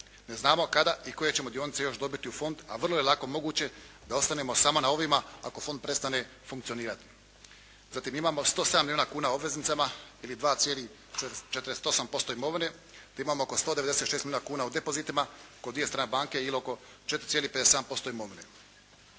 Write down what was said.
Ne znamo kada i koje ćemo dionice dobiti u fond, a vrlo je lako moguće da ostanemo samo na ovima ako fond prestane funkcionirati. Zatim imamo 107 milijuna kuna u obveznicama ili 2,48% imovine te imamo oko 196 milijuna kuna u depozitima kod dvije strane banke ili oko 4,57% imovine.